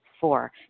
Four